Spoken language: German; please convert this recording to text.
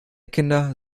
kinder